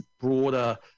broader